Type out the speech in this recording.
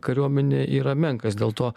kariuomenę yra menkas dėl to